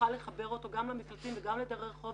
שנוכל לחבר אותו גם למקלטים וגם לדרי רחוב